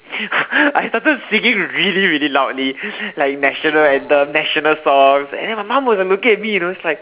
I started singing really really loudly like national anthem national songs and then my mom was like looking at me you know she's like